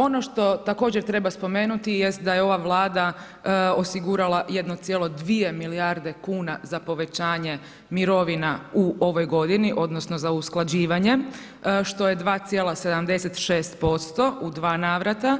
Ono što također treba spomenuti jest da je ova Vlada osigurala 1,2 milijarde kuna za povećanje mirovina u ovoj godini, odnosno za usklađivanje, što je 2,76% u dva navrata